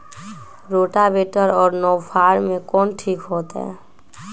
Rotavator और नौ फ़ार में कौन ठीक होतै?